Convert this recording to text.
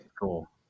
cool